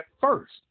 first